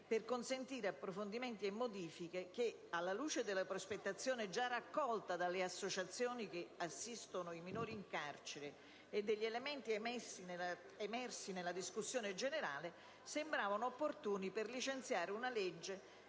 per consentire approfondimenti e modifiche che, alla luce delle prospettazioni già raccolte dalle associazioni che assistono i minori in carcere e degli elementi emersi nella discussione generale, sembravano opportuni per licenziare una legge